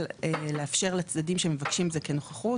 לאפשר לצדדים שמבקשים כנוכחות,